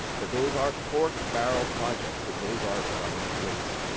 that those are pork barrel projects, that those are government waste.